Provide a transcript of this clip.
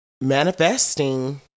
manifesting